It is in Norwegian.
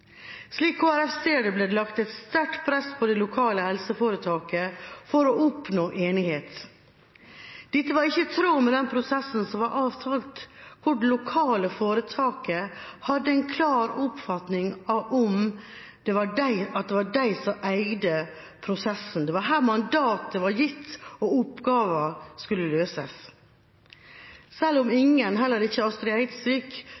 Slik Kristelig Folkeparti ser det, ble det lagt et sterkt press på det lokale helseforetaket for å oppnå enighet. Dette var ikke i tråd med den prosessen som var avtalt, hvor det lokale foretaket hadde en klar oppfatning om at det var de som eide prosessen, at det var her mandatet var gitt og oppgaven skulle løses. Selv om ingen, heller ikke Astrid Eidsvik,